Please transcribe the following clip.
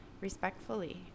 respectfully